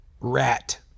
Rat